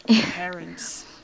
parents